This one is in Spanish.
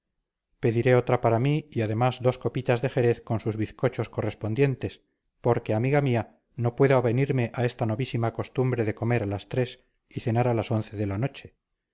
pediré otra para mí y además dos copitas de jerez con sus bizcochos correspondientes porque amiga mía no puedo avenirme a esta novísima costumbre de comer a las tres y cenar a las once de la noche